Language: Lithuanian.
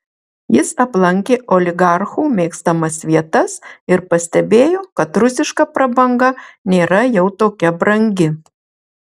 jis aplankė oligarchų mėgstamas vietas ir pastebėjo kad rusiška prabanga nėra jau tokia brangi